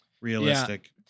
realistic